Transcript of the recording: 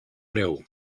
greu